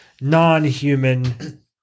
non-human